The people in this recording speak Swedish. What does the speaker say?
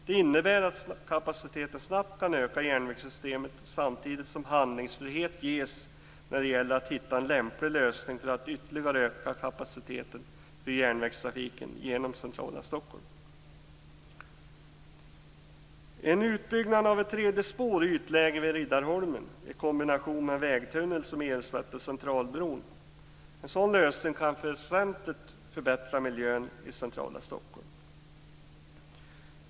Det innebär att kapaciteten snabbt kan öka i järnvägssystemet samtidigt som handlingsfrihet ges när det gäller att hitta en lämplig lösning för att ytterligare öka kapaciteten för järnvägstrafiken genom centrala Stockholm. En lösning med en utbyggnad av ett tredje spår i ytläge vid Riddarholmen i kombination med vägtunnel som ersätter Centralbron kan väsentligt förbättra miljön i centrala Stockholm.